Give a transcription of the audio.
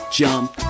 jump